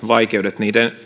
vaikeuksien